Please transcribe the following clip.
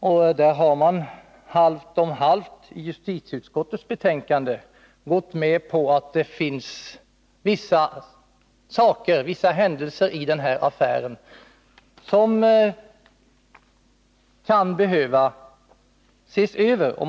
Där har man halvt om halvt gått med på att det finns vissa händelser i den här affären som kan behöva ses över.